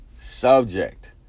subject